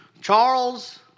Charles